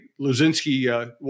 Luzinski